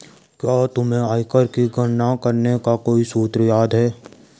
क्या तुम्हें आयकर की गणना करने का कोई सूत्र याद है?